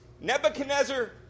Nebuchadnezzar